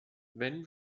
wenn